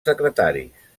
secretaris